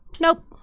Nope